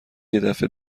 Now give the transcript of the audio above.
یدفعه